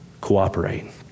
cooperate